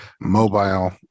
Mobile